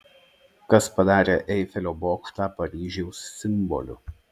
kas padarė eifelio bokštą paryžiaus simboliu